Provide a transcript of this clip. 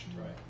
Right